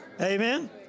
Amen